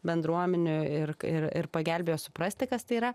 bendruomenių ir ir ir pagelbėjo suprasti kas tai yra